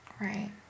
Right